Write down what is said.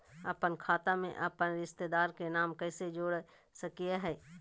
अपन खाता में अपन रिश्तेदार के नाम कैसे जोड़ा सकिए हई?